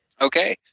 okay